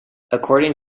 according